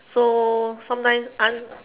so sometimes un~